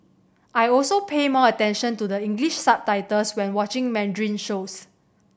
I also pay more attention to the English subtitles when watching Mandarin shows